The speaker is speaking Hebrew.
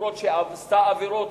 אף-על-פי שעשתה המון עבירות,